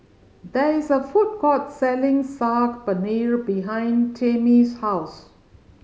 there is a food court selling Saag Paneer behind Tamie's house